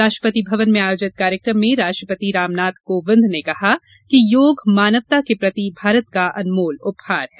राष्ट्रपति भवन में आयोजित कार्यक्रम में राष्ट्रपति रामनाथ कोविंद ने कहा कि योग मानवता के प्रति भारत का अनमोल उपहार है